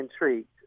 intrigued